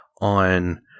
on